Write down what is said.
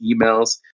emails